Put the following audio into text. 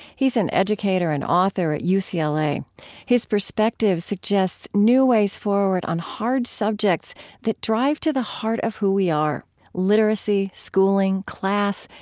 he's an educator and author at yeah ucla. his perspective suggests new ways forward on hard subjects that drive to the heart of who we are literacy, schooling, class,